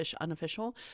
unofficial